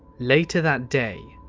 later that day,